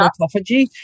autophagy